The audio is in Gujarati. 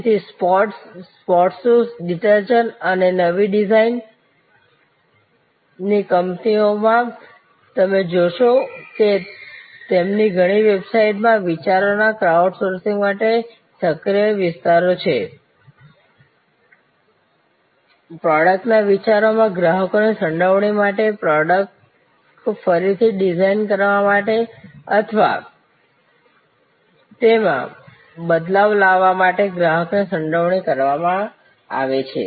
તેથી સ્પોર્ટ્સ શૂઝ ડિટર્જન્ટ માટે નવી ડિઝાઇન ની કંપનીઓ માં તમે જોશો કે તેમની ઘણી વેબસાઇટ્સમાં વિચારોના ક્રાઉડ સોર્સિંગ માટે સક્રિય વિસ્તારો છે પ્રોડક્ટના વિચારોમાં ગ્રાહકોની સંડોવણી માટે પ્રોડક્ટ ફરી થી ડિઝાઇન કરવા માટે અથવા તેમાં બદલાવ લાવવા માટે ગ્રાહકોની સંડોવણી કરવા માં આવે છે